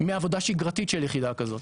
עבודה שגרתית של יחידה כזאת.